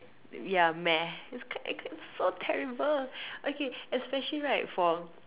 yeah meh it's so terrible okay especially right for